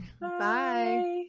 Bye